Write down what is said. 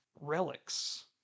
relics